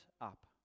up